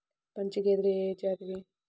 మంచి గేదెలు ఏ జాతివి?